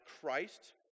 christ